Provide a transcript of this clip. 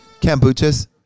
kombuchas